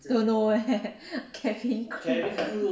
don't know eh cabin crew